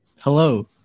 Hello